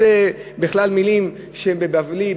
אלה בכלל מילים בבבלית,